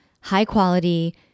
high-quality